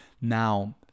Now